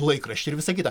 laikraštį ir visa kita